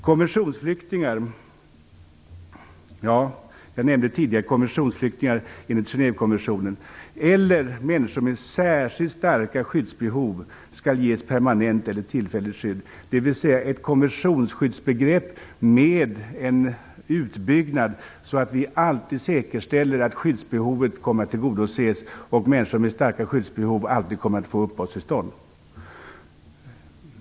Konventionsflyktingar - jag nämnde tidigare konventionsflyktingar enligt Genévekonventionen - eller människor med särskilt starka skyddsbehov skall ges permanent eller tillfälligt skydd, dvs. ett konventionsskyddsbegrepp med en utbyggnad, så att vi alltid säkerställer att skyddsbehovet kommer att tillgodoses och människor med starka skyddsbehov alltid kommer att få uppehållstillstånd.